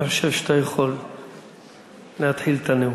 אני חושב שאתה יכול להתחיל את הנאום.